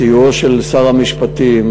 בסיועו של שר המשפטים,